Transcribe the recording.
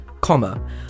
comma